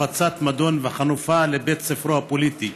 הפצת מדון וחנופה לבית ספרו הפוליטי,